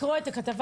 לקרוא כתבה